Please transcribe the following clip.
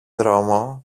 δρόμο